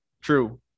True